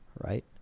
right